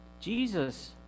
Jesus